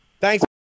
Thanks